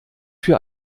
für